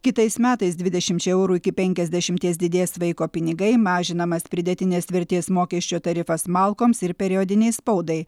kitais metais dvidešimčia eurų iki penkiasdešimties didės vaiko pinigai mažinamas pridėtinės vertės mokesčio tarifas malkoms ir periodinei spaudai